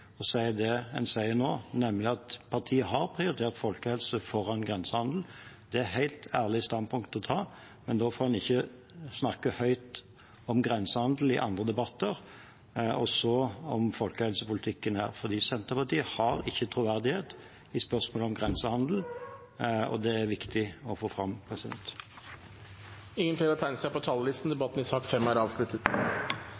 og sier det hun sier nå, nemlig at partiet har prioritert folkehelse foran grensehandel – det er et helt ærlig standpunkt å ta – må en ikke snakke høyt om grensehandel i andre debatter og så om folkehelsepolitikken her. For Senterpartiet har ikke troverdighet i spørsmålet om grensehandel, og det er viktig å få fram.